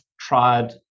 tried